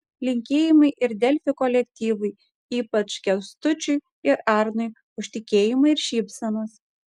linkėjimai ir delfi kolektyvui ypač kęstučiui ir arnui už tikėjimą ir šypsenas